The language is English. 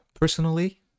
personally